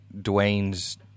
Dwayne's